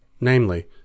namely